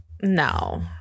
No